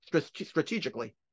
strategically